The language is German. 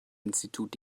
institut